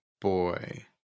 boy